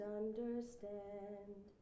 understand